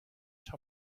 top